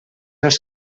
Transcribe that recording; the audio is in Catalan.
els